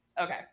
okay